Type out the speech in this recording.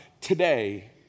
today